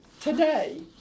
today